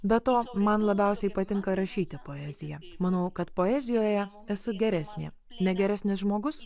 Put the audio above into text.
be to man labiausiai patinka rašyti poeziją manau kad poezijoje esu geresnė ne geresnis žmogus